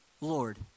Lord